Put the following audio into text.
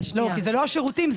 כי אלה לא השירותים,